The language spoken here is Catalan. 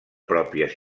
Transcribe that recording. pròpies